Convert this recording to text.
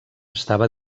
estava